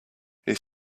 had